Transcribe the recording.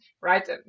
right